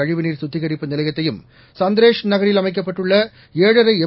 கழிவுநீர் சுத்திகரிப்பு நிலையத்தையும் சந்திரேஷ் நகரில் அமைக்கப்பட்டுள்ள ஏழரை எம்